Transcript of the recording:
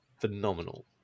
phenomenal